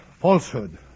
falsehood